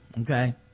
Okay